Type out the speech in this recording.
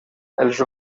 els